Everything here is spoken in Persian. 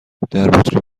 دربطری